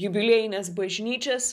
jubiliejines bažnyčias